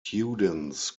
students